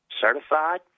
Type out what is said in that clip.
certified